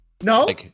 no